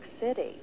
City